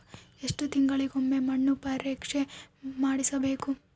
ಎಷ್ಟು ತಿಂಗಳಿಗೆ ಒಮ್ಮೆ ಮಣ್ಣು ಪರೇಕ್ಷೆ ಮಾಡಿಸಬೇಕು?